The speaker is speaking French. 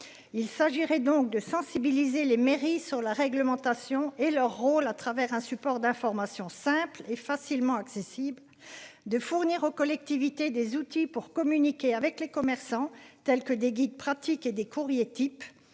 Il s'agirait donc de sensibiliser les mairies sur la réglementation et leur rôle à travers un support d'information simple et facilement accessibles. De fournir aux collectivités des outils pour communiquer avec les commerçants, tels que des guides pratiques et des courriers type